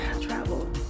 Travel